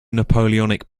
napoleonic